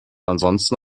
ansonsten